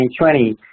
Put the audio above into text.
2020